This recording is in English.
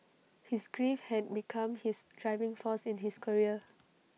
his grief had become his driving force in his career